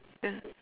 uh